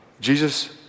Jesus